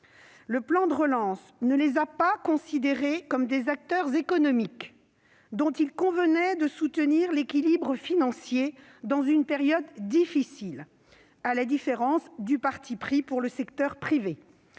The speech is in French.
Le plan de relance n'a pas considéré les communes comme des acteurs économiques dont il convenait de soutenir l'équilibre financier dans une période difficile, à la différence du parti pris pour le secteur privé.